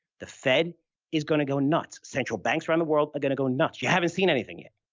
the fed is going to go nuts. central banks around the world are going to go nuts. you haven't seen anything yet.